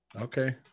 Okay